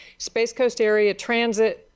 space coast area transit,